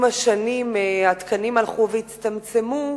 עם השנים התקנים הלכו והצטמצמו,